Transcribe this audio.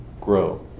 grow